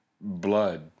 blood